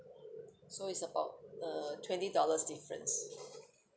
so it's about uh twenty dollars difference